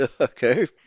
Okay